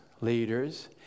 leaders